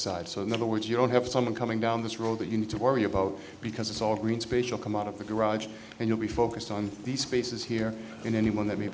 side so the word you don't have someone coming down this road that you need to worry about because it's all green special come out of the garage and you'll be focused on these spaces here and anyone that may